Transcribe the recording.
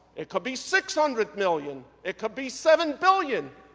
it could be six hundred million, it could be seven billion,